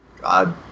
God